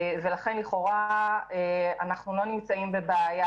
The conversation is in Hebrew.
ולכן לכאורה אנחנו לא נמצאים בבעיה